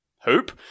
Hope